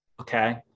okay